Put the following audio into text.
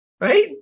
Right